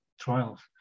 trials